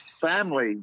family